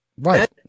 Right